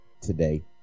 today